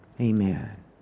Amen